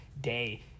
day